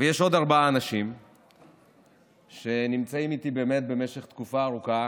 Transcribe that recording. ויש עוד ארבעה אנשים שנמצאים איתי באמת במשך תקופה ארוכה,